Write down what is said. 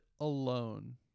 alone